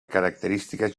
característiques